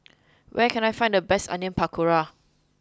where can I find the best Onion Pakora